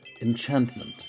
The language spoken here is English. enchantment